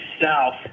South